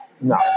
No